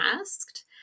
asked